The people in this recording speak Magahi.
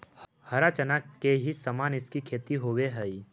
हरा चना के ही समान इसकी खेती होवे हई